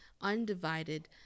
undivided